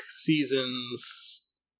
seasons